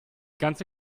ganze